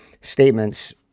statements